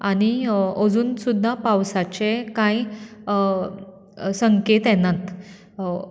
आनी अजून सुद्दा पावसाचे कांय संकेत येनात